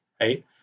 right